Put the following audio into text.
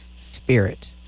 spirit